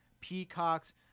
Peacocks